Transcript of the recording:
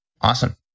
Awesome